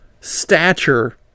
stature